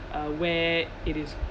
uh where it is